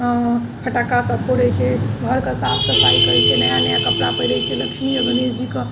फट्टका सभ फोड़ैत छै घरके साफ सफाइ करैत छै नया नया कपड़ा पहिरैत छै लक्ष्मी आओर गणेश जीकेँ